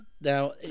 Now